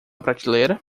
prateleira